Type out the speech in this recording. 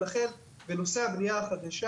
לכן בנושא הבנייה החדשה